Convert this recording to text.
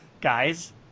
guys